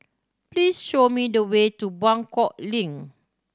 please show me the way to Buangkok Link